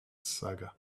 saga